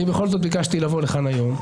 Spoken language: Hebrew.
אני בכל זאת ביקשתי לבוא לכאן היום,